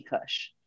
Kush